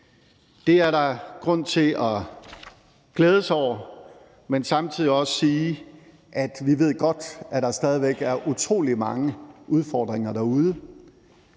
Det er der grund til at glæde sig over, men jeg vil samtidig også sige, at vi godt ved, at der stadig væk er utrolig mange udfordringer derude.